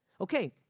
Okay